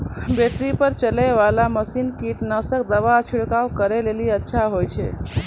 Battery पर चलै वाला मसीन कीटनासक दवा छिड़काव करै लेली अच्छा होय छै?